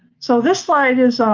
so this slide is,